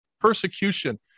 persecution